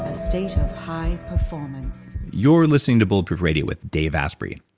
a state of high performance you're listening to bulletproof radio with dave asprey.